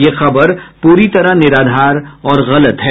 ये खबर पूरी तरह निराधार और गलत है